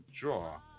draw